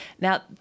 Now